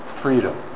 freedom